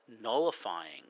nullifying